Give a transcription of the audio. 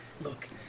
Look